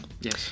Yes